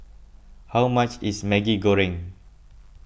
how much is Maggi Goreng